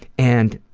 and